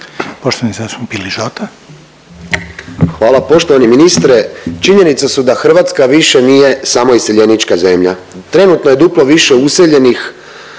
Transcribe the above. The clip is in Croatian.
**Piližota, Boris (SDP)** Hvala poštovani ministre. Činjenice su da Hrvatska nije samo iseljenička zemlja. Trenutno je duplo više useljenih